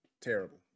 Terrible